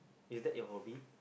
is that your hobby